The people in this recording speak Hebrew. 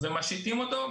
ומשיתים אותו.